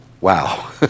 Wow